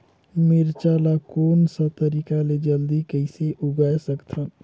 मिरचा ला कोन सा तरीका ले जल्दी कइसे उगाय सकथन?